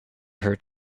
her